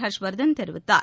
ஹர்ஷ்வர்தன் தெரிவித்தார்